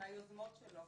מהיוזמות שלו,